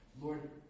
Lord